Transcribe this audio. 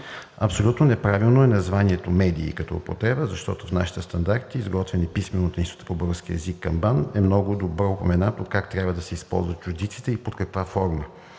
Абсолютно неправилно е названието „медии“ като употреба, защото в нашите стандарти, изготвяни писмено от Института за български език към БАН, е много добре упоменато как трябва да се използват чуждиците и под каква форма.